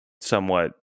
somewhat